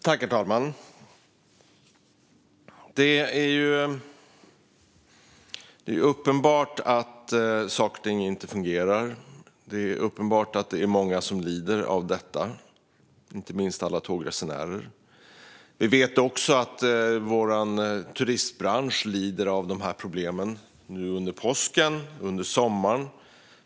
Herr talman! Det är uppenbart att saker och ting inte fungerar. Det är uppenbart att det är många som lider av detta, inte minst alla tågresenärer. Vi vet också att vår turistbransch lider av problemen, nu under påsken och under sommaren.